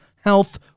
Health